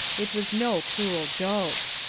it was no cruel joke.